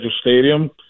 Stadium